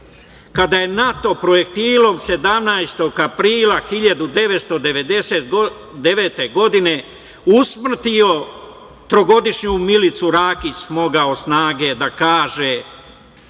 kada je NATO projektilom 17. aprila 1999. godine usmrtio trogodišnju Milicu Rakić, smogao snage da kaže